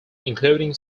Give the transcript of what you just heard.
including